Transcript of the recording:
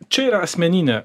čia yra asmeninė